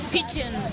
Pigeon